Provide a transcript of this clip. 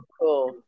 Cool